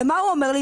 ומה הוא אומר לי?